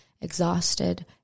exhausted